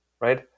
right